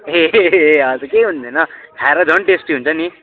ए ए हजुर केही हुँदैन खाएर झन टेस्टी हुन्छ नि